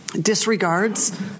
disregards